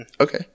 Okay